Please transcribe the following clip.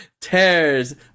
tears